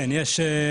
כן, יש קנסות.